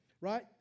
right